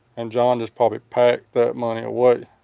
and john just probably packed that money away